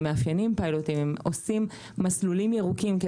אם מאפיינים פיילוטים ואם עושים מסלולים ירוקים,